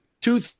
two